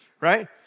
right